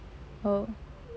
oh